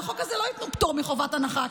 לחוק הזה לא ייתנו פטור מחובת הנחה,